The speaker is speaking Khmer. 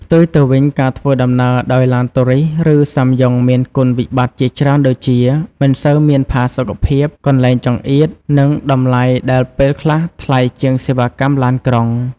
ផ្ទុយទៅវិញ ការធ្វើដំណើរដោយឡានតូរីស ឬសាំយ៉ុងមានគុណវិបត្តិជាច្រើនដូចជា មិនសូវមានផាសុកភាព កន្លែងចង្អៀត និងតម្លៃដែលពេលខ្លះថ្លៃជាងសេវាកម្មឡានក្រុង។